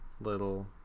little